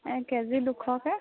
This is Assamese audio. কেজি দুশকৈ